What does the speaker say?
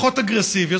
פחות אגרסיבי,